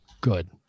good